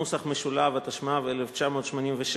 התשמ"ו 1986,